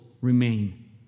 remain